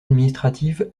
administrative